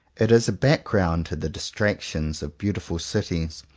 it is a background to the distractions of beautiful cities,